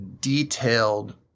detailed